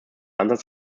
ansatz